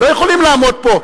לא יכולים לעמוד פה.